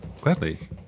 gladly